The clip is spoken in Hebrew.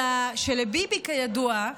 אלא שלביבי, כידוע,